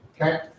Okay